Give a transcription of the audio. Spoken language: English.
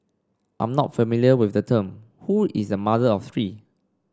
I'm not familiar with the term who is a mother of three